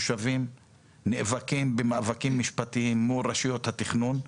נאבקים במאבקים משפטיים מול רשויות התכנון.